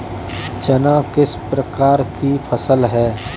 चना किस प्रकार की फसल है?